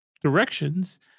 directions